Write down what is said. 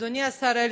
אדוני השר אלקין,